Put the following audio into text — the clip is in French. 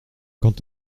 quant